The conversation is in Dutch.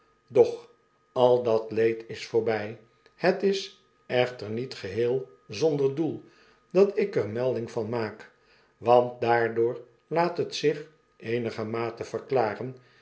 doch al dat leed is voorby het is echter niet geheel zonder doel dat ik er melding van maak want daardoor laat het zich eenigermate verklaren